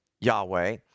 Yahweh